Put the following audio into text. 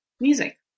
music